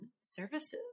services